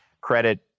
credit